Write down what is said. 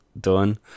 done